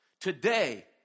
Today